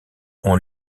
ont